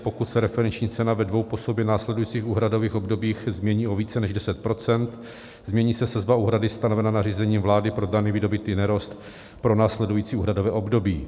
Pokud se referenční cena ve dvou po sobě následujících úhradových obdobích změní o více než 10 %, změní se sazba úhrady stanovená nařízením vlády pro daný vydobytý nerost pro následující úhradové období.